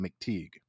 mcteague